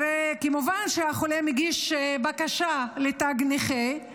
נכות, אחרי שכמובן החולה מגיש בקשה לתו נכה.